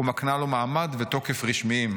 ומקנה לו מעמד ותוקף רשמיים,